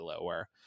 lower